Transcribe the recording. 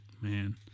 Man